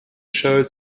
shows